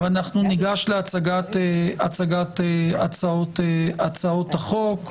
אנחנו ניגש להצגת הצעות החוק.